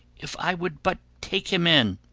if i would but take him in.